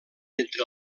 entre